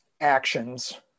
actions